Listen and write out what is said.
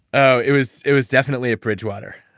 oh, it was it was definitely bridgewater.